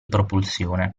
propulsione